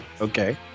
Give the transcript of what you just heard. Okay